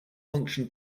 function